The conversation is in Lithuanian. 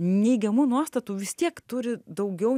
neigiamų nuostatų vis tiek turi daugiau